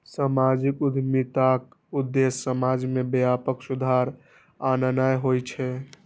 सामाजिक उद्यमिताक उद्देश्य समाज मे व्यापक सुधार आननाय होइ छै